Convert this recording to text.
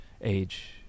age